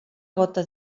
gota